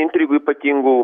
intrigų ypatingų